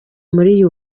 muri